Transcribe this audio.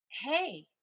Hey